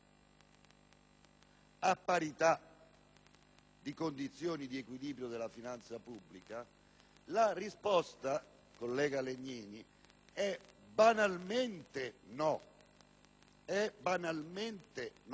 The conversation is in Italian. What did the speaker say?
a parità di condizioni di equilibrio di finanza pubblica? La risposta, collega Legnini, è banalmente «no»,